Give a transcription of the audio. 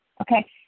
okay